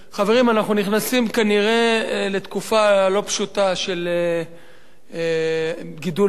אנחנו נכנסים כנראה לתקופה לא פשוטה של גידול באבטלה.